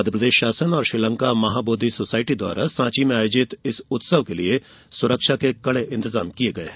मध्यप्रदेश शासन और श्रीलंका महाबोधि सोसायटी द्वारा साँची में आयोजित इस उत्सव के लिये सुरक्षा के कडे इंतजाम किये गये है